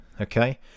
Okay